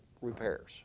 repairs